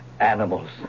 animals